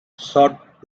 sought